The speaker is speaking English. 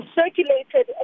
circulated